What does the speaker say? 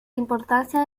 importancia